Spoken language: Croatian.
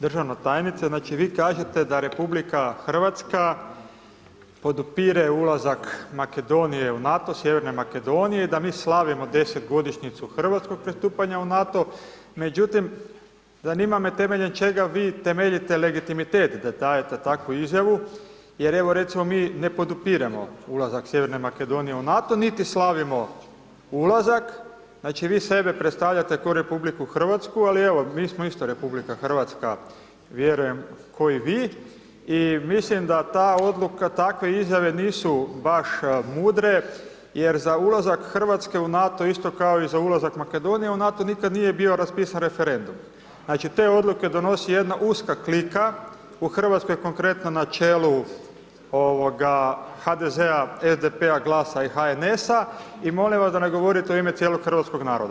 Državna tajnice, znači, vi kažete da RH podupire ulazak Makedonije u NATO sjeverne Makedonije i da mi slavimo 10.-godišnjicu hrvatskog pristupanja u NATO, međutim, zanima me temeljem čega vi temeljite legitimitet da dajete takvu izjavu jer evo recimo, mi ne podupiremo ulazak sjeverne Makedonije u NATO, niti slavimo ulazak, znači, vi sebe predstavljate ko RH, ali evo, mi smo isto RH, vjerujem ko i vi i mislim da ta odluka, takve izjave nisu baš mudre jer za ulazak RH u NATO isto kao i za ulazak Makedonije u NATO nikad nije bio raspisan referendum, znači, te odluke donosi jedna uska klika, u RH konkretno na čelu HDZ-a, SDP-a, GLAS-a i HNS-a i molim da ne govorite u ime cijelog hrvatskog naroda.